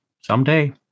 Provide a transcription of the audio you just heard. someday